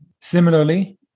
Similarly